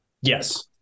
yes